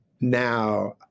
now